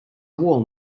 wall